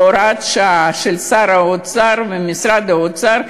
בהוראת שעה של שר האוצר ומשרד האוצר,